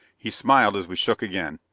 he smiled as we shook again,